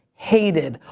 hated,